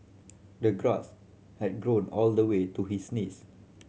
the grass had grown all the way to his knees